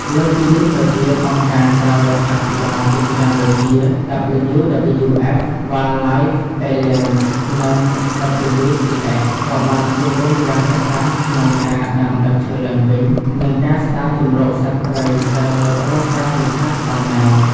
លើសពីនេះទៅទៀតអង្គការក្រៅរដ្ឋាភិបាលជាច្រើនដូចជា WWF Wildlife Alliance និង WCS ក៏បានចូលរួមយ៉ាងសកម្មក្នុងការ ដាំដើមឈើឡើងវិញ និងការស្តារជម្រកសត្វព្រៃដែលរងការខូចខាតផងដែរ។